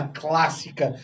clássica